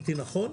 אמרתי נכון.